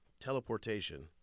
Teleportation